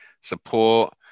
support